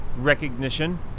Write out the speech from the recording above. recognition